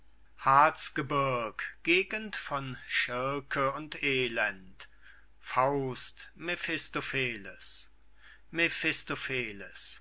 walpurgisnacht harzgebirg gegend von schirke und elend faust mephistopheles